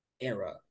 era